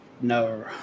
no